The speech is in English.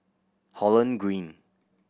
Holland Green